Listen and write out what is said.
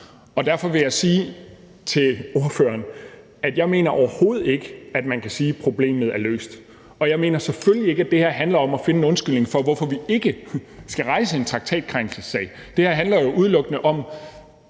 Derfor vil jeg sige til ordføreren, at jeg overhovedet ikke mener, at man kan sige, at problemet er løst. Og jeg mener selvfølgelig ikke, at det her handler om at finde en undskyldning for, hvorfor vi ikke skal rejse en traktatkrænkelsessag. Det her handler jo udelukkende om